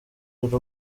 nyiri